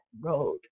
road